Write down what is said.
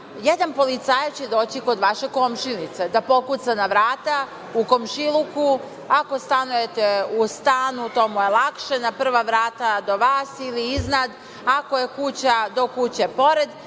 jedan policajac će doći kod vaše komšinice da pokuca na vrata u komšiluku, ako stanujete u stanu to mu je lakše, na prva vrata do vas ili iznad, ako je kuća - do kuće pored